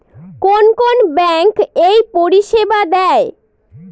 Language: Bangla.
কোন কোন ব্যাঙ্ক এই পরিষেবা দেয়?